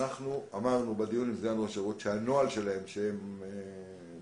אמרנו בדיון עם סגן ראש השירות שהנוהל שלהם שהם גמרו,